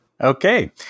okay